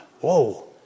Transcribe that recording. Whoa